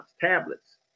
tablets